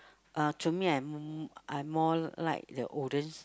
uh to me I'm m~ I'm more like the olden